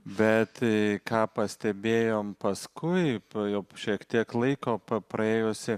bet ką pastebėjom paskui jau šiek tiek laiko pa praėjusi